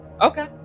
Okay